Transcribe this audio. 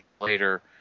later